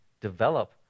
develop